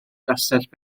gastell